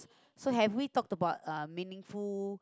so have we talked about uh meaningful